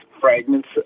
fragments